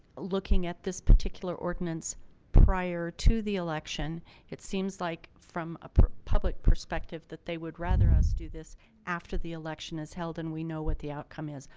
looking at this particular ordinance prior to the election it seems like from a public perspective that they would rather us do this after the election is held and we know what the outcome is.